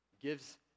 gives